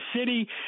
city